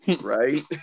right